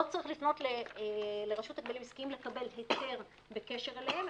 לא צריך לפנות לרשות להגבלים עסקיים לקבל היתר בקשר אליהם,